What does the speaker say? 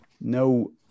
no